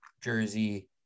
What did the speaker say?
jersey